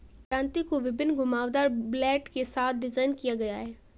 दरांती को विभिन्न घुमावदार ब्लेड के साथ डिज़ाइन किया गया है